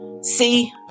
See